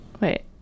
Wait